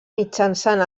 mitjançant